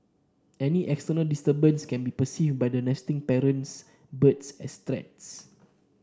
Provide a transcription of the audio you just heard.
any external disturbance can be perceived by the nesting parents birds as threats